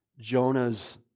Jonah's